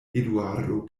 eduardo